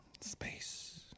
Space